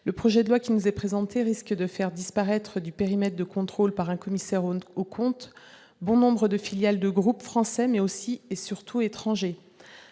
le projet de loi PACTE risque de faire disparaître du périmètre de contrôle par un commissaire aux comptes bon nombre de filiales de groupes français, mais aussi et surtout étrangers.